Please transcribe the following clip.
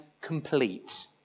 complete